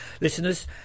listeners